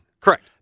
Correct